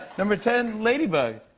number ten ladybug.